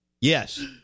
Yes